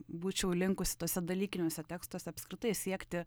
būčiau linkusi tuose dalykiniuose tekstuose apskritai siekti